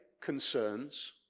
concerns